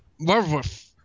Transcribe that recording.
Werewolf